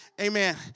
Amen